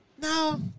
No